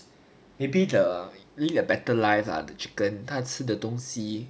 maybe the lead a better life lah the chicken 它吃的东西